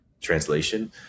translation